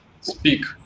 speak